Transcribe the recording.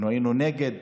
אנחנו היינו נגד,